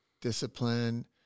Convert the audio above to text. discipline